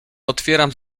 otwieram